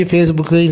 Facebook